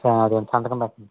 సరే సంతకం పెట్టండి